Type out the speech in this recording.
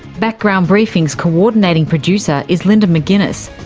background briefing's coordinating producer is linda mcginness,